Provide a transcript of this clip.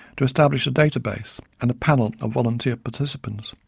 to establish a data base and a panel of volunteer participants.